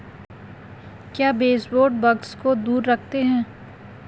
क्या baseboard bugs को दूर रखते हैं?